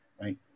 right